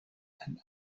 and